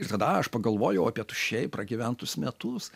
ir tada aš pagalvojau apie tuščiai pragyventus metus